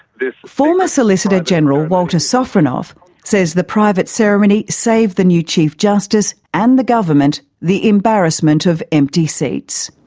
this former solicitor general walter sofronoff says the private ceremony saved the new chief justice and the government the embarrassment of empty seats.